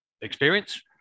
experience